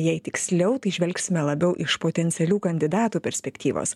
jei tiksliau tai žvelgsime labiau iš potencialių kandidatų perspektyvos